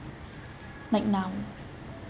like now